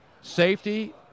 Safety